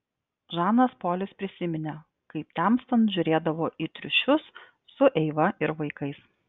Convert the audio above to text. žanas polis prisiminė kaip temstant žiūrėdavo į triušius su eiva ir vaikais